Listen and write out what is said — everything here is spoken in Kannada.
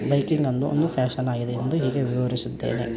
ಬೈಕಿಂಗನ್ನು ಒಂದು ಫ್ಯಾಷನ್ನಾಗಿದೆ ಎಂದು ಹೀಗೆ ವಿವರಿಸುತ್ತೇನೆ